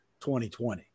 2020